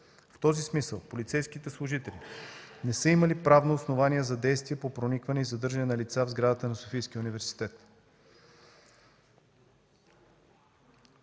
В този смисъл полицейските служители не са имали правно основание за действия по проникване и задържане на лица в сградата на Софийския университет.